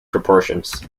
proportions